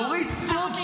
אורית סטרוק,